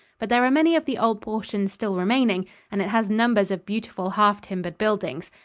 but there are many of the old portions still remaining and it has numbers of beautiful half-timbered buildings.